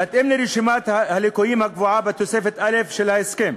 בהתאם לרשימת הליקויים הקבועה בתוספת א' של ההסכם.